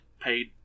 paid